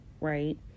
right